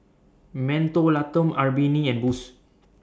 Mentholatum Albertini and Boost